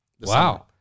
Wow